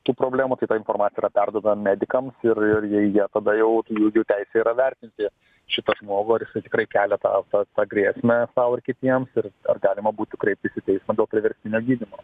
tų problemų tai ta informacija yra perduodam medikams ir ir jie tada jau jų jų teisė yra vertinti šitą žmogų ar jisai tikrai kelia tą tą tą grėsmę sau ir kitiems ir ar galima būtų kreiptis į teismą dėl priverstinio gydymo